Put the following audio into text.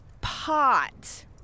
Pot